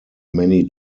many